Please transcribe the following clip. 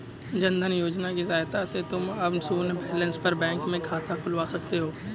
जन धन योजना की सहायता से तुम अब शून्य बैलेंस पर बैंक में खाता खुलवा सकते हो